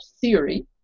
theory